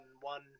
one